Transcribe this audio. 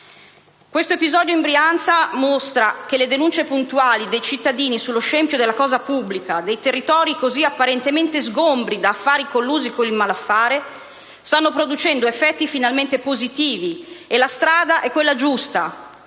Questo episodio in Brianza mostra che le denunce puntuali dei cittadini sullo scempio della cosa pubblica, dei territori così apparentemente sgombri da affari collusi con il malaffare, stanno producendo effetti finalmente positivi e la strada è quella giusta.